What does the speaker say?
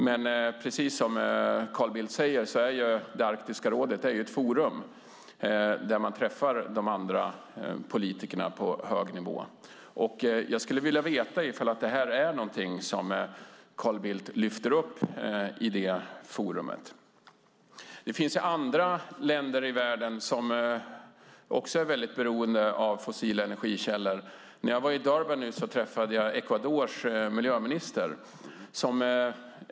Men precis som Carl Bildt säger är Arktiska rådet ett forum där man träffar de andra politikerna på hög nivå. Jag skulle vilja veta om det här är någonting som Carl Bildt lyfter upp i det forumet. Det finns andra länder i världen som också är mycket beroende av fossila energikällor. När jag var i Durban träffade jag Ecuadors miljöminister.